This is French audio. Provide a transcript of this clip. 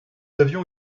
avions